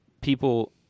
people